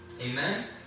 Amen